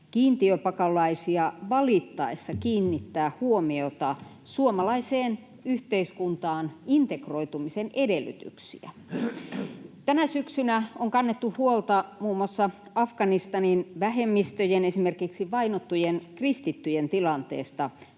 kiintiöpakolaisia valittaessa kiinnittää huomiota suomalaiseen yhteiskuntaan integroitumisen edellytyksiin. Tänä syksynä on kannettu huolta muun muassa Afganistanin vähemmistöjen, esimerkiksi vainottujen kristittyjen, tilanteesta